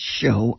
show